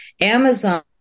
Amazon